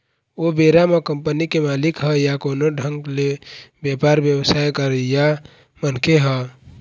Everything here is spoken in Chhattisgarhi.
ओ बेरा म कंपनी के मालिक ह या कोनो ढंग ले बेपार बेवसाय करइया मनखे ह